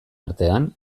artean